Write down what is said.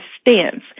stance